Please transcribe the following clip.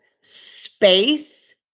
space